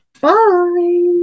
bye